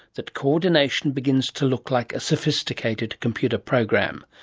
that coordination begins to look like a sophisticated computer program.